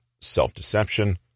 self-deception